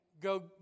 go